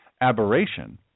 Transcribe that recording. aberration